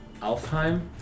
Alfheim